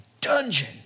dungeon